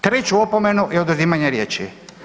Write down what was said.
Treću opomenu i oduzimanje riječi.